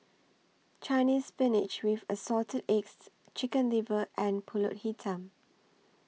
Chinese Spinach with Assorted Eggs Chicken Liver and Pulut Hitam